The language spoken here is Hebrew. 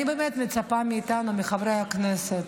אני באמת מצפה מאיתנו, חברי הכנסת,